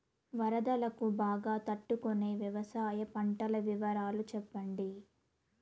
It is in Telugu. వరదలకు బాగా తట్టు కొనే వ్యవసాయ పంటల వివరాలు చెప్పండి?